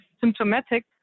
symptomatic